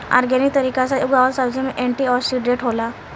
organic तरीका से उगावल सब्जी में एंटी ओक्सिडेंट होला